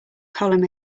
column